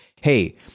hey